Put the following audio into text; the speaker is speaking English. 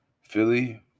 Philly